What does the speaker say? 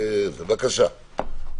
בבקשה,